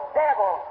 devil